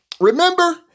Remember